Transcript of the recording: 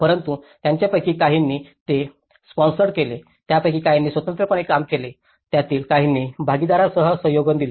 परंतु त्यांच्यापैकी काहींनी ते स्पॉंसोरेड केले त्यापैकी काहींनी स्वतंत्रपणे काम केले त्यातील काहींनी भागीदारीसह सहयोग केले